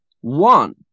one